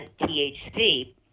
THC